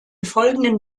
folgenden